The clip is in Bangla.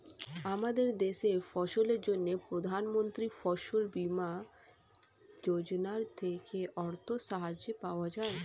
আমাদের দেশে ফসলের জন্য প্রধানমন্ত্রী ফসল বীমা যোজনা থেকে অর্থ সাহায্য পাওয়া যায়